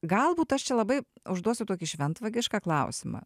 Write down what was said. galbūt aš čia labai užduosiu tokį šventvagišką klausimą